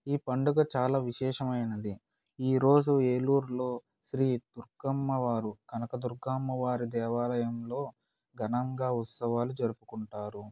ఈ పండుగ చాలా విశేషమైనది ఈరోజు ఏలూరులో శ్రీ దుర్గమ్మ వారు కనకదుర్గమ్మ వారి దేవాలయంలో ఘనంగా ఉత్సవాలు జరుపుకుంటారు